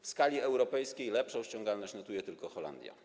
W skali europejskiej lepszą ściągalność notuje tylko Holandia.